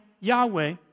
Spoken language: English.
Yahweh